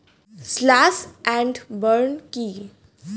Slash and burn কি?